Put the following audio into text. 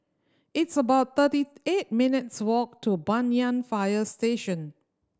it's about thirty eight minutes' walk to Banyan Fire Station